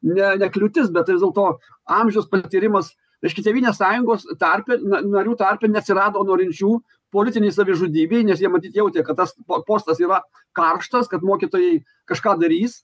ne kliūtis bet vis dėlto amžius patyrimas reiškia tėvynės sąjungos tarpe narių tarpe neatsirado norinčių politinei savižudybei nes jie matyt jautė kad tas po postas yra karštas kad mokytojai kažką darys